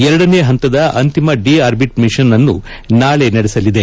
ಎರಡನೇ ಹಂತದ ಅಂತಿಮ ದಿ ಆರ್ಬಿಟ್ ಮಿಷನ್ ಅನ್ನು ನಾಳೆ ನಡೆಸಲಿದೆ